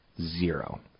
Zero